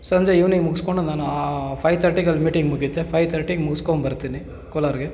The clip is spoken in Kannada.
ಸಂಜೆ ಈವ್ನಿಂಗ್ ಮುಗಿಸ್ಕೊಂಡು ನಾನು ಫೈ ತರ್ಟಿಗೆ ಅಲ್ಲಿ ಮೀಟಿಂಗ್ ಮುಗಿಯುತ್ತೆ ಫೈ ತರ್ಟಿಗೆ ಮುಗಿಸ್ಕೊಂಬರ್ತಿನಿ ಕೋಲಾರ್ಗೆ